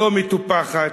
לא מטופחת?